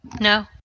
No